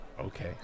okay